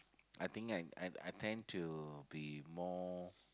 I think I I I tend to be more